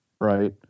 right